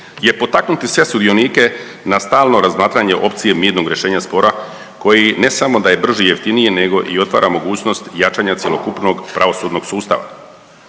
je potaknuti sve sudionike na stalno razmatranje opcije mirnog rješenja spora ne samo da je brži, jeftiniji nego i otvara mogućnost jačanja cjelokupnog pravosudnog sustava.